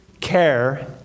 care